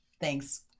Thanks